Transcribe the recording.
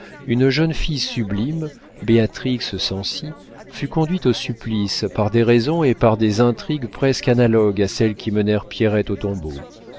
une jeune fille sublime béatrix cenci fut conduite au supplice par des raisons et par des intrigues presque analogues à celles qui menèrent pierrette au tombeau